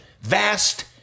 vast